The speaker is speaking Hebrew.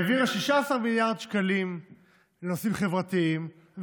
העבירה 16 מיליארד שקלים לנושאים חברתיים,